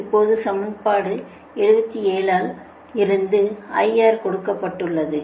இப்போது சமன்பாடு 77 ல் இருந்து IR கொடுக்கப்பட்டுள்ளது